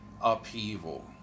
upheaval